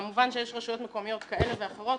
כמובן שיש רשויות מקומיות כאלה ואחרות,